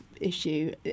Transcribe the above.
issue